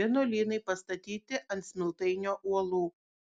vienuolynai pastatyti ant smiltainio uolų